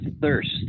thirst